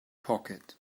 pocket